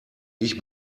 ich